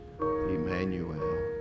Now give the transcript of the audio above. Emmanuel